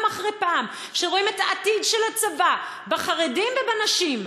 אחרי פעם שרואים את העתיד של הצבא בחרדים ובנשים.